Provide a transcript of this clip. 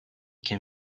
can